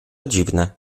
dziwne